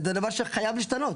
וזה דבר שחייב להשתנות.